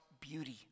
beauty